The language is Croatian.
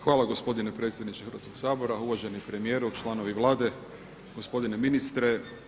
Hvala gospodine predsjedniče Hrvatskog sabora, uvaženi premijeru, članovi Vlade, gospodine ministre.